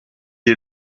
est